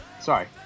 Sorry